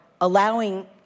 allowing